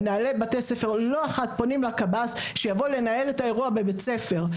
מנהלי בתי ספר לא אחת פונים לקב"ס שיבוא לנהל את האירוע בבית ספר.